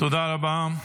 תודה רבה.